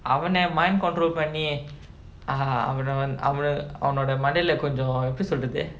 அவன:avana mind control பண்ணி:panni err அவன அவன அவனோட மண்டைல கொஞ்சம் எப்டி சொல்றது:avana avana அவனோட mandaila konjam epdi solrathu